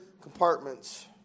compartments